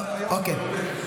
לא, אוקיי.